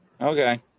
Okay